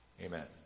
Amen